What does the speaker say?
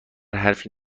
حرفی